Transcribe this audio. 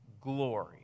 glory